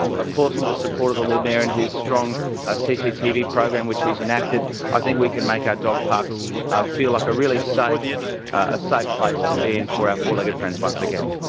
of course with the support of the lord mayor and his strong cctv program which he's enacted, i think we can make our dog parks feel like a really safe a safe place to be in for our four-legged friends once again.